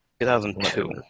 2002